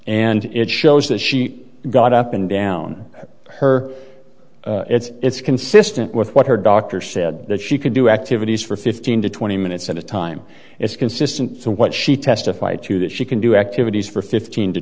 and it shows that she got up and down her it's consistent with what her doctor said that she could do activities for fifteen to twenty minutes at a time it's consistent what she testified to that she can do activities for fifteen to